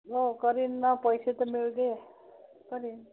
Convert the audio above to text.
हो करीन ना पैसे तर मिळू दे करीन